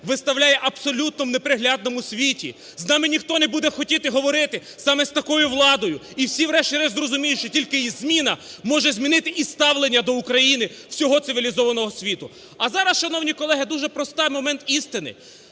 виставляє абсолютно в неприглядному світі, з нами ніхто не буде хотіти говорити, саме з такою владою. І всі врешті-решт зрозуміють, що тільки її зміна може змінити і ставлення до України всього цивілізованого світу. А зараз, шановні колеги, дуже простий момент істини.